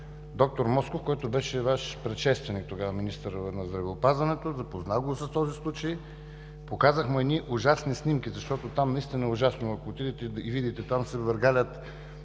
д-р Москов, който беше Ваш предшественик, тогава – министър на здравеопазването, запознах го с този случай и му показах едни ужасни снимки. Там наистина е ужасно – ако отидете и видите, по пода се въргалят